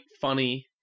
funny